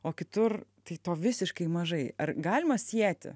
o kitur tai to visiškai mažai ar galima sieti